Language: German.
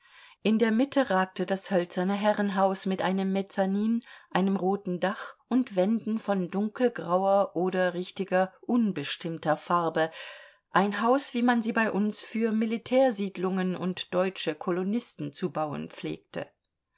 in der mitte ragte das hölzerne herrenhaus mit einem mezzanin einem roten dach und wänden von dunkelgrauer oder richtiger unbestimmter farbe ein haus wie man sie bei uns für militärsiedlungen und deutsche kolonisten zu bauen pflegte